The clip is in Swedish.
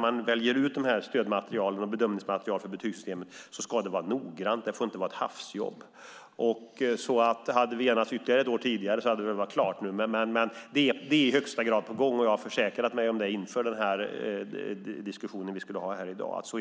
man väljer ut stödmaterialet och bedömningsmaterialet för betygssystemet ska det göras noggrant. Det får inte vara ett hafsverk. Hade vi enats ett år tidigare skulle det nog ha varit klart nu. Det är i högsta grad på gång; jag har försäkrat mig om det inför denna debatt.